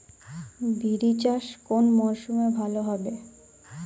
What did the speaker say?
বিরি চাষ কোন মরশুমে ভালো হবে?